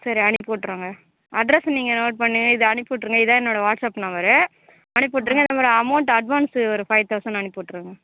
சரி அனுப்பி விட்டுடுறோங்க அட்ரஸ் நீங்கள் நோட் பண்ணி இதை அனுப்பி விட்டுருங்க இதான் என்னோட வாட்ஸ்அப் நம்பரு அனுப்பி விட்ருங்க இந்த மாதிரி அமௌண்ட் அட்வான்ஸு ஒரு ஃபை தொளசண்ட் அனுப்பி விட்ருங்க